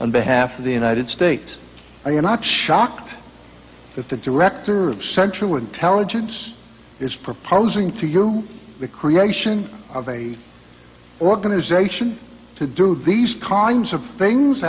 on behalf of the united states are you not shocked that the director of central intelligence is proposing to you the creation of a organization to do these kinds of things